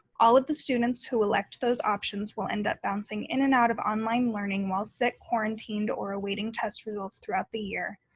all of the students who elect those options will end up bouncing in and out of online learning while sick, quarantined, or awaiting test results throughout the year,